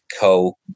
co